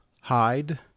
hide